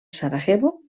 sarajevo